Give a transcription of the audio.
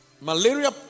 Malaria